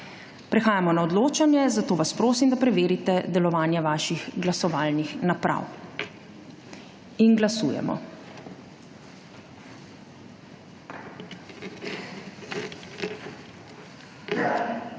Prehajamo na odločanje, zato vas prosim, da preverite delovanje svojih glasovalnih naprav. Glasujemo.